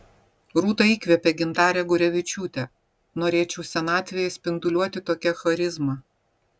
rūta įkvėpė gintarę gurevičiūtę norėčiau senatvėje spinduliuoti tokia charizma